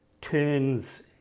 turns